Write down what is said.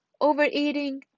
overeating